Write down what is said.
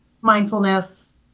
Mindfulness